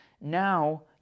Now